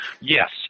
Yes